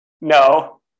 No